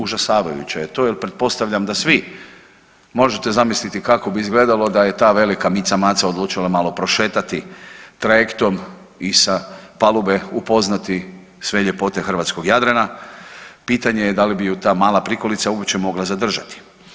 Užasavajuće je to jel pretpostavljam da svi možete zamisliti kako bi izgledalo da je ta velika mica maca odlučila malo prošetati trajektom i sa palube upoznati sve ljepote hrvatskog Jadrana, pitanje je da li bi ju ta mala prikolica uopće mogla zadržati.